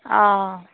অঁ